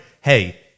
Hey